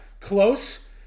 close